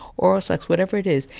oral sex, whatever it is,